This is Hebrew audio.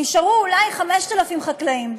נשארו אולי 5,000 חקלאים.